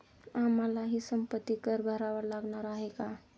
आम्हालाही संपत्ती कर भरावा लागणार आहे का?